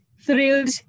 thrilled